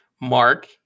Mark